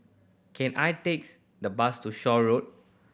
can I takes the bus to Shaw Road